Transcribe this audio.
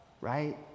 Right